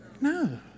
No